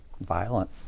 violent